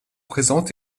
présentes